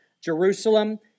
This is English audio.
Jerusalem